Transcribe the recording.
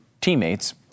teammates